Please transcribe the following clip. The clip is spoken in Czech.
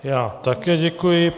Já také děkuji.